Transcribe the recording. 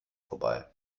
vorbei